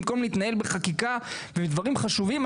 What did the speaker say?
במקום להתנהל בחקיקה ובדברים חשובים,